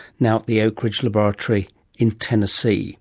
now at the oak ridge laboratory in tennessee